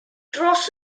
dros